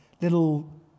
little